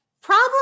problem